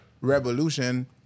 revolution